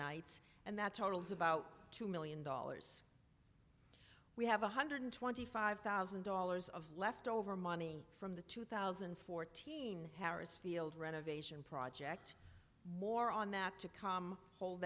nights and that totals about two million dollars we have one hundred twenty five thousand dollars of leftover money from the two thousand and fourteen harris field renovation project more on that to come hold